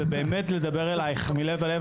זה באמת לדבר אליך מלב אל לב,